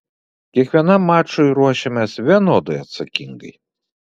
kiekvienam mačui ruošiamės vienodai atsakingai